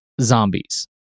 zombies